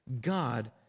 God